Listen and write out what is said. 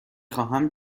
خواهم